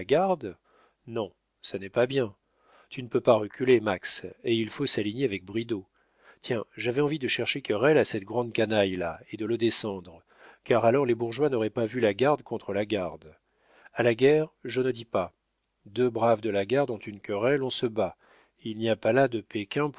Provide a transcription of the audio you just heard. non ça n'est pas bien tu ne peux pas reculer max et il faut s'aligner avec bridau tiens j'avais envie de chercher querelle à cette grande canaille là et de le descendre car alors les bourgeois n'auraient pas vu la garde contre la garde a la guerre je ne dis pas deux braves de la garde ont une querelle on se bat il n'y a pas là de